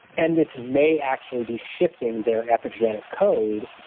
and this may actually be shifting their epigenetic code.